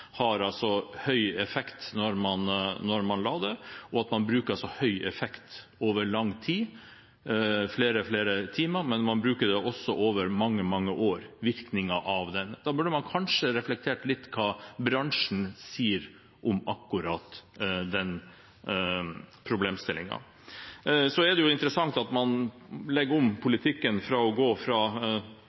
høy effekt når man lader, at man bruker høy effekt over lang tid, flere timer, men også over mange år – virkningen av dette. Man burde kanskje reflektert litt over hva bransjen sier om akkurat den problemstillingen. Det er interessant at man legger om politikken ved å gå fra